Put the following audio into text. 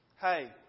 Hey